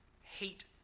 hate